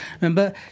Remember